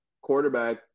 quarterback